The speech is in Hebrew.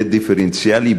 ודיפרנציאלי,